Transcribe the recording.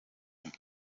een